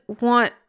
want